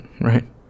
right